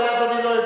אולי אדוני לא,